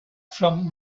from